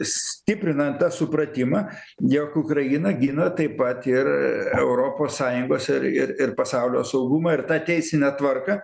stiprinant tą supratimą jog ukraina gina taip pat ir europos sąjungos ir ir ir pasaulio saugumą ir tą teisinę tvarką